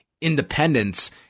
independence